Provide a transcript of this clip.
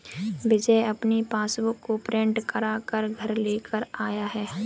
विजय अपनी पासबुक को प्रिंट करा कर घर लेकर आया है